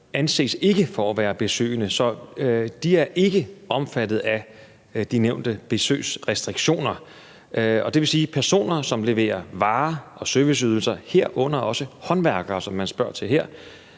anses for at være besøgende, så de er ikke omfattet af de nævnte besøgsrestriktioner. Det vil sige, at personer, som leverer varer og serviceydelser, herunder også håndværkere, som man spørger til her,